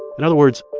in other words,